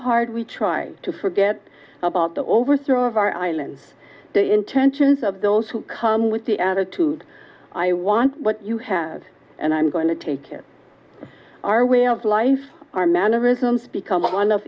hard we try to forget about the overthrow of our islands the intentions of those who come with the attitude i want what you have and i'm going to take care of our way of life our mannerisms become on